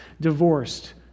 Divorced